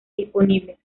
disponibles